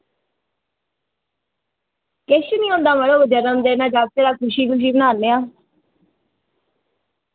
किश निं होंदा मड़ो जन्मदिन ऐ बच्चे दा ते खुशी खुशी बनाने आं